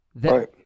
right